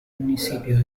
municipio